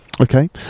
Okay